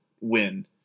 win